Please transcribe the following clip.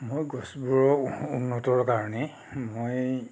মোৰ গছবোৰৰ উন্নতিৰ কাৰণে মই